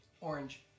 Orange